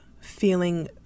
feeling